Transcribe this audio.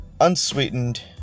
Unsweetened